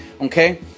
Okay